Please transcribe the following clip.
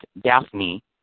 Daphne